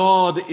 God